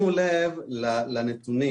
שימו לב לנתונים,